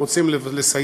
הם רוצים לסייר,